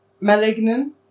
Malignant